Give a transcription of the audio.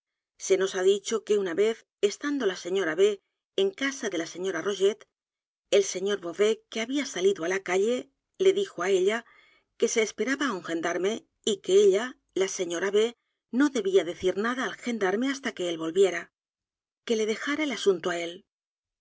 se nos h á dicho que una vez estando la señora b en casa de la señora rogét el sr beauvais que había salido á la calle le dijo á ella que se esperaba á un gendarme y que ella la señora b no debía decir n a d a al gendarme hasta que él volviera que le dejara el asunto á el